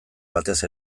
batez